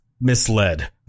misled